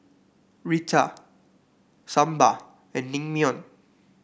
Raita Sambar and Naengmyeon